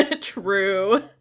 True